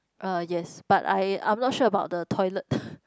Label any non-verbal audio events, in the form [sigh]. uh yes but I I'm not sure about the toilet [breath]